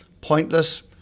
Pointless